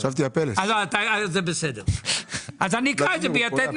אז אני אקרא את זה ב'יתד נאמן'.